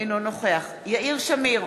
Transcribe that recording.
אינו נוכח יאיר שמיר,